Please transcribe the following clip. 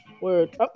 Word